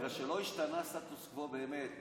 בגלל שלא השתנה הסטטוס קוו באמת.